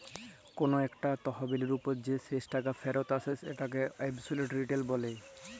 call ইকট তহবিলের উপর যে শেষ টাকা ফিরত আসে উটকে অবসলুট রিটার্ল ব্যলে